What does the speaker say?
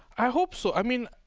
i hope so. i mean,